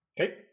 Okay